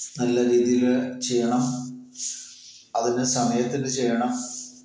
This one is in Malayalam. നല്ല രീതിയിൽ ചെയ്യണം അതിന് സമയത്തിനു ചെയ്യണം